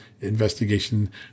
investigation